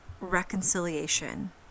reconciliation